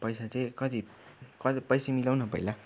पैसा चाहिँ कति कति पैसा मिलाउन पहिला